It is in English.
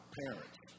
parents